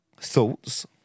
thoughts